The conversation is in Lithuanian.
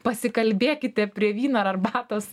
pasikalbėkite prie vyno ar arbatos